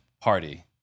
party